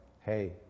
hey